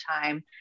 time